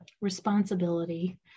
responsibility